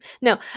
No